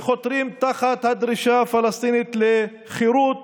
שחותרים תחת הדרישה הפלסטינית לחירות